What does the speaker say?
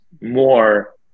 more